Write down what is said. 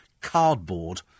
Cardboard